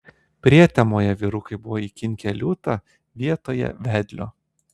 prietemoje vyrukai buvo įkinkę liūtą vietoje vedlio